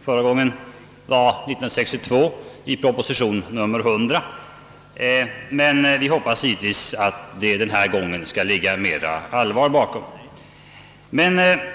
Förra gången var 1962 i proposition nr 100. Men vi hoppas givetvis att det skall visa sig ligga mera allvar bakom den här gången.